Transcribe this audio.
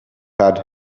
had